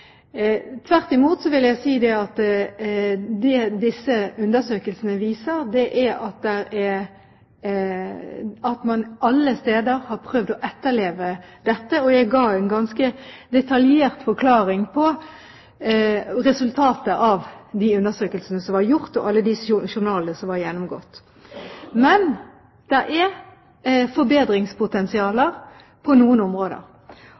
Tvert imot vil jeg si at det disse undersøkelsene viser, er at man alle steder har prøvd å etterleve dette. Jeg ga en ganske detaljert forklaring på resultatet av de undersøkelsene som er gjort, og alle de journalene som er gjennomgått. Men det er forbedringspotensialer på noen områder.